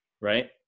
Right